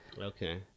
Okay